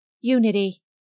Unity